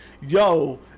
Yo